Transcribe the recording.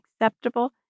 acceptable